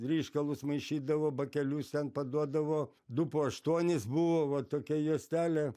ryškalus maišydavo bakelius ten paduodavo du po aštuonis buvo va tokia juostelė